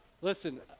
listen